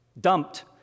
dumped